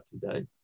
today